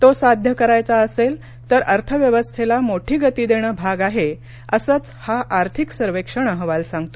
तो साध्य करायचा असेल तर अर्थव्यवस्थेला मोठी गती देणं भाग आहे असंच हा आर्थिक सर्वेक्षण अहवाल सांगतो